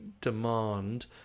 demand